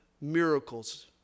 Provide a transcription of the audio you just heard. miracles